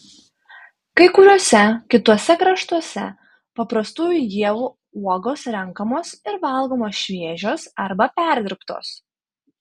kai kuriuose kituose kraštuose paprastųjų ievų uogos renkamos ir valgomos šviežios arba perdirbtos